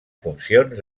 funcions